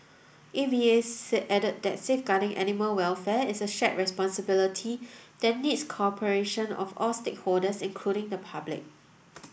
A V A say added that safeguarding animal welfare is a shared responsibility that needs the cooperation of all stakeholders including the public